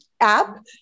app